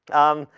um,